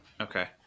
Okay